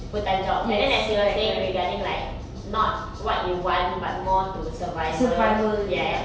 full time jobs and then as you were saying regarding like not what you want but more to survival yes